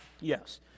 Yes